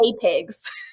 pigs